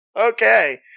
okay